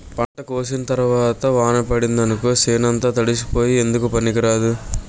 పంట కోసిన తరవాత వాన పడిందనుకో సేనంతా తడిసిపోయి ఎందుకూ పనికిరాదు